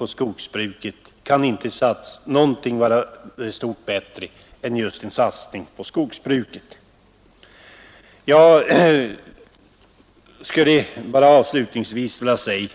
I det fallet kan ingenting vara bättre än en satsning på skogsbruket. Jag skulle bara avslutningsvis vilja säga,